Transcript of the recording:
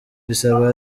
bizaba